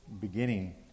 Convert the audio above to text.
beginning